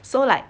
so like